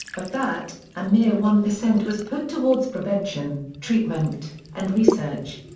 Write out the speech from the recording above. of that, a mere one percent was put towards prevention, treatment, and research.